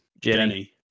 Jenny